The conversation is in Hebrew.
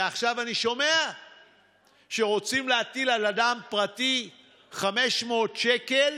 ועכשיו אני שומע שרוצים להטיל על אדם פרטי 500 שקל